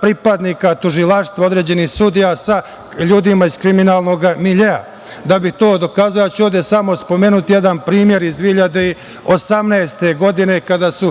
pripadnika tužilaštava, određenih sudija sa određenim ljudima iz kriminalnog miljea. Da bih to dokazao, ja ću ovde samo spomenuti jedan primer iz 2018. godine, kada su